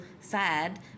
sad